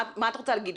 מה את רוצה להגיד,